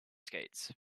skates